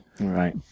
Right